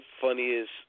funniest